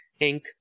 Inc